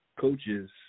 coaches